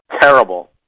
Terrible